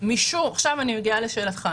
עכשיו אני מגיעה לשאלתך.